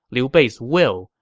liu bei's will,